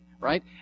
right